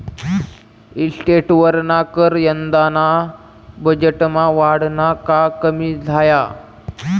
इस्टेटवरना कर यंदाना बजेटमा वाढना का कमी झाया?